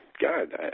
God